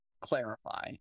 clarify